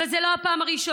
אבל זאת לא הפעם הראשונה.